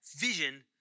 vision